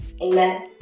Amen